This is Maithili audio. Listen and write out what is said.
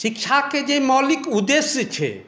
शिक्षाके जे मौलिक उद्देश्य छै